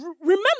remember